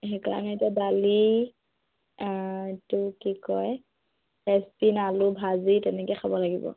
সেইকাৰণে এতিয়া দালি এইটো কি কয় ফ্ৰেন্সবিন আলু ভাজি তেনেকে খাব লাগিব